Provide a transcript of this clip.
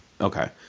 Okay